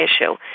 issue